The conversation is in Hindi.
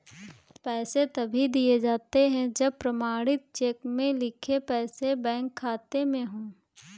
पैसे तभी दिए जाते है जब प्रमाणित चेक में लिखे पैसे बैंक खाते में हो